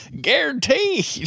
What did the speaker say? Guaranteed